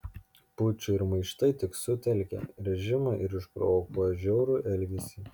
pučai ir maištai tik sutelkia režimą ir išprovokuoja žiaurų elgesį